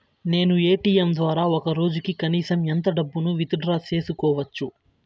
నేను ఎ.టి.ఎం ద్వారా ఒక రోజుకి కనీసం ఎంత డబ్బును విత్ డ్రా సేసుకోవచ్చు?